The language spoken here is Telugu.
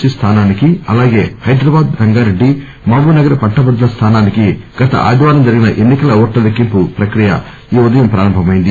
సి స్దానానికి అలాగే హైదరాబాద్ రంగారెడ్డి మహబూబ్ నగర్ పట్టభద్రుల స్థానానికి గత ఆదివారం జరిగిన ఎన్నికల ఓట్ల లెక్కింపు ప్రక్రియ ఈ ఉదయం ప్రారంభమయ్యింది